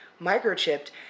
microchipped